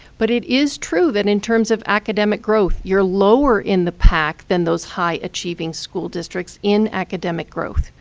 but it is true that in terms of academic growth, you're lower in the pack than those high achieving school districts in academic growth.